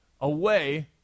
away